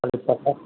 अलिक पत्ला